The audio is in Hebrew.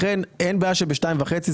לכן אין בעיה שבשעה 14:30,